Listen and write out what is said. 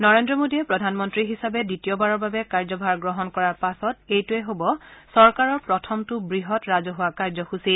নৰেন্দ্ৰ মোদীয়ে প্ৰধানমন্ত্ৰী হিচাপে দ্বিতীয়বাৰৰ বাবে কাৰ্য্যভাৰ গ্ৰহণ কৰাৰ পাছতে এইটোৱে হ'ব চৰকাৰৰ প্ৰথমটো বৃহৎ ৰাজহুৱা কাৰ্য্যসূচী